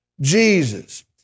Jesus